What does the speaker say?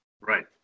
Right